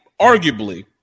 arguably